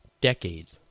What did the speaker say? decades